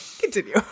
continue